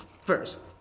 first